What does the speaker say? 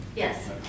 Yes